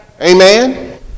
Amen